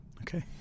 Okay